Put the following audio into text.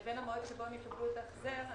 לבין המועד שבו הם יקבלו את ההחזר,